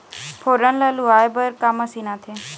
फोरन ला लुआय बर का मशीन आथे?